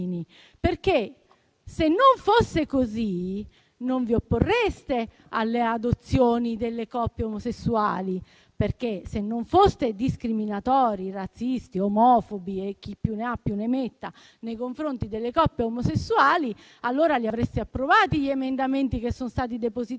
Se non fosse così, non vi opporreste alle adozioni delle coppie omosessuali. Se non foste discriminatori, razzisti, omofobi - e chi più ne ha più ne metta - nei confronti delle coppie omosessuali, allora li avreste approvati gli emendamenti che sono stati depositati